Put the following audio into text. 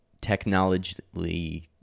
technologically